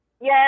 Yes